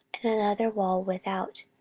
and another wall without,